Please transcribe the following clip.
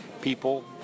people